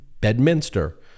Bedminster